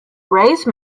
raise